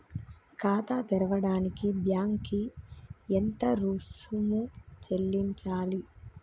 ఖాతా తెరవడానికి బ్యాంక్ కి ఎంత రుసుము చెల్లించాలి?